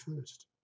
first